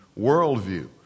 worldview